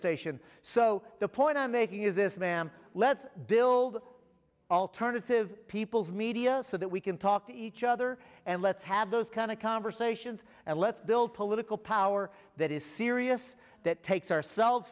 station so the point i'm making is this ma'am let's build alternative people's media so that we can talk to each other and let's have those kind of conversations and let's build political power that is serious that takes ourselves